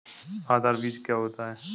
आधार बीज क्या होता है?